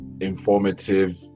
informative